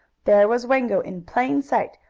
there was wango, in plain sight,